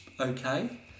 okay